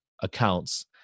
accounts